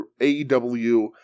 AEW